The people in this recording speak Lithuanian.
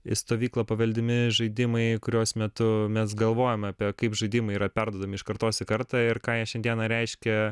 į stovyklą paveldimi žaidimai kurios metu mes galvojam apie kaip žaidimai yra perduodami iš kartos į kartą ir ką jie šiandieną reiškia